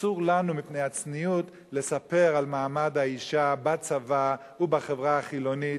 אסור לנו מפני הצניעות לספר על מעמד האשה בצבא ובחברה החילונית,